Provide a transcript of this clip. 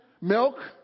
Milk